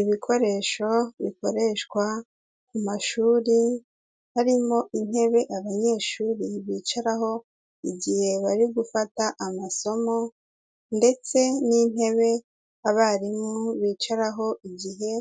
Ibikoresho bikoreshwa mu mashuri, harimo intebe abanyeshuri bicaraho igihe bari gufata amasomo ndetse n'intebe abarimu bicaraho igihe